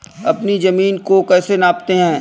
अपनी जमीन को कैसे नापते हैं?